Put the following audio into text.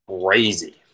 crazy